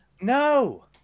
No